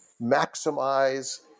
maximize